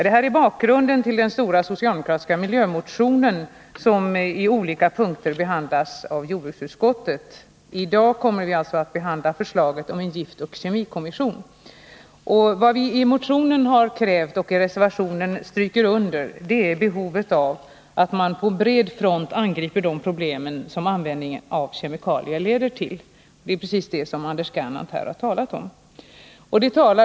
Det här är bakgrunden till den stora socialdemokratiska miljömotionen, som i olika punkter behandlas av jordbruksutskottet. I dag kommer vi alltså att behandla förslaget om en giftoch kemikommission. Vad vi i motionen krävt och vad vi i reservationen stryker under är behovet av att man på bred front angriper de problem som användningen av kemikalier leder till. Det är precis det som Anders Gernandt här har varit inne på.